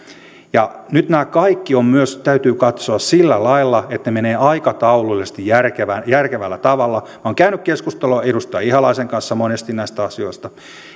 nyt nämä kaikki myös täytyy katsoa sillä lailla että ne menevät aikataulullisesti järkevällä tavalla olen käynyt keskustelua edustaja ihalaisen kanssa monesti näistä asioista